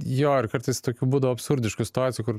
jo ir kartais tokių būdavo absurdiškų situacijų kur